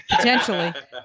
Potentially